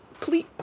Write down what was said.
please